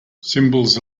symbols